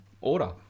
Order